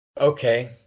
Okay